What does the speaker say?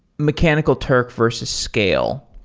mechanical turk versus scale,